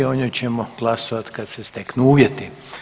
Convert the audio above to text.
O njoj ćemo glasovati kad se steknu uvjeti.